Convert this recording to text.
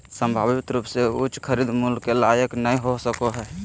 संभावित रूप से उच्च खरीद मूल्य के लायक नय हो सको हइ